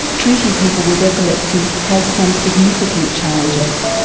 treating people with epilepsy has some significant challenges.